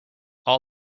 all